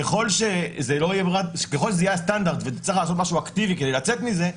ככל שזה יהיה הסטנדרט ותצטרך לעשות משהו אקטיבי כדי לצאת מזה,